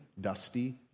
dusty